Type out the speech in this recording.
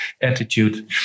attitude